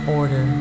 order